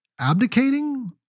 abdicating